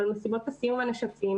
ומסיבות הסיום והנשפים